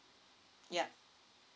yup